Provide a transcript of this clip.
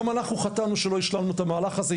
גם אנחנו חטאנו שלא השלמנו את המהלך הזה.